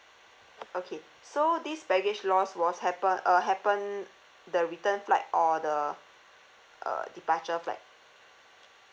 okay so this baggage loss was happe~ uh happened the return flight or the uh departure flight